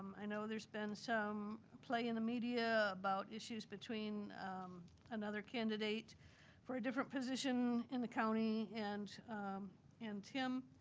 i know there's been some play in the media about issues between another candidate for a different position in the county and and tim.